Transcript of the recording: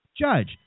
Judge